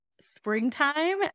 springtime